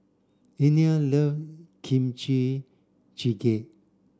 Inell love Kimchi Jjigae